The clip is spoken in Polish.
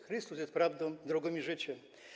Chrystus jest prawdą, drogą i życiem.